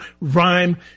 rhyme